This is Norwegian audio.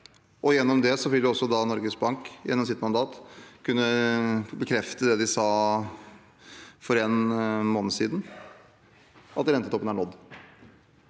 og gjennom det vil også Norges Bank gjennom sitt mandat kunne bekrefte det de sa for en måned siden: at rentetoppen er nådd.